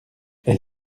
elle